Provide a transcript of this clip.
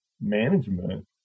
management